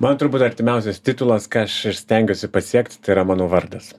man turbūt artimiausias titulas ką aš ir stengiuosi pasiekti tai yra mano vardas